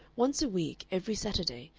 once a week, every saturday,